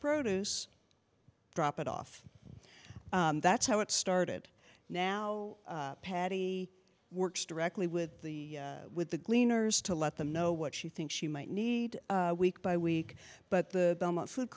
produce drop it off that's how it started now patty works directly with the with the gleaners to let them know what she thinks she might need week by week but the food